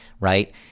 right